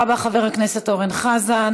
תודה רבה, חבר הכנסת אורן חזן.